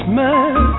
man